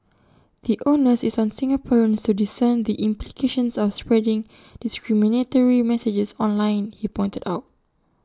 the onus is on Singaporeans to discern the implications of spreading discriminatory messages online he pointed out